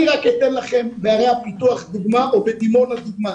אני רק אתן לכם מערי הפיתוח דוגמה ומדימונה דוגמה.